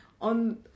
on